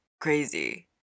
crazy